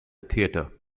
theatre